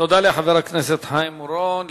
תודה לחבר הכנסת חיים אורון.